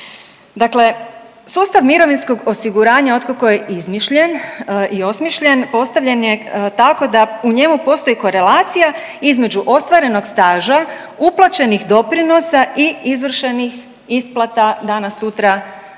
Dakle, sustav mirovinskog osiguranja otkako je izmišljen i osmišljen postavljen je tako da u njemu postoji korelacija između ostvarenog staža, uplaćenih doprinosa i izvršenih isplata danas-sutra koje